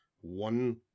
one